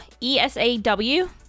E-S-A-W